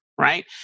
right